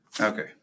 Okay